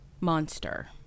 Monster